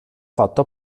fatto